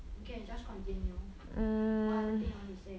okay just continue what other thing you want to say